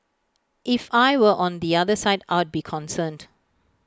if I were on the other side I'd be concerned